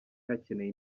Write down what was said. hakenewe